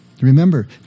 Remember